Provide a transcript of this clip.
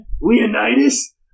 Leonidas